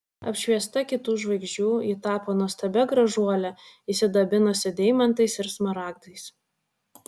apšviesta kitų žvaigždžių ji tapo nuostabia gražuole išsidabinusia deimantais ir smaragdais